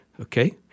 okay